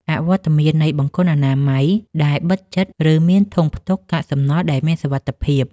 អវត្តមាននៃបង្គន់អនាម័យដែលបិទជិត ឬមានធុងផ្ទុកកាកសំណល់ដែលមានសុវត្ថិភាព